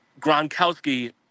Gronkowski